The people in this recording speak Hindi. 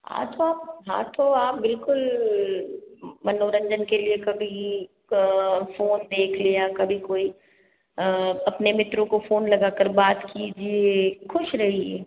हाँ तो आप हाँ तो आप बिल्कुल मनोरंजन के लिए कभी फोन देख लिया कभी कोई अपने मित्रों को फोन लगा कर बात कीजिए खुश रहिये